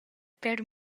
per